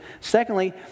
Secondly